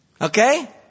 Okay